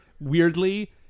weirdly